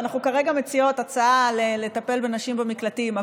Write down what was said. אנחנו כרגע מציעות הצעה לטפל בנשים במקלטים,